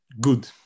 good